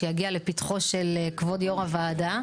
שיגיע לפתחו של כבוד יו"ר הוועדה,